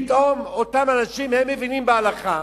פתאום אותם אנשים, הם מבינים בהלכה,